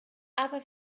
aber